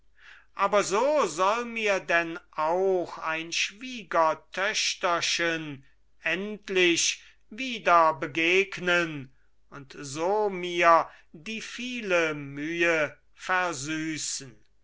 aber so soll mir denn auch ein schwiegertöchterchen endlich wiederbegegnen und so mir die viele mühe versüßen